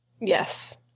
Yes